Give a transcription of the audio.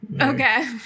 Okay